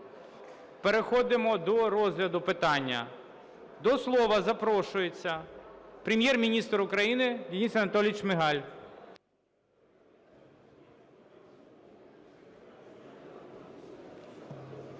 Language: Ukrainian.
Переходимо до розгляду питання. До слова запрошується Прем'єр-міністр України Денис Анатолійович Шмигаль.